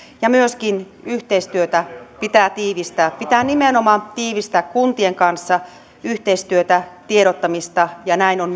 ja myöskin yhteistyötä pitää tiivistää pitää nimenomaan tiivistää kuntien kanssa yhteistyötä tiedottamista ja näin on